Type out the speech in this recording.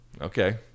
Okay